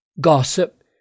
gossip